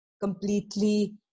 completely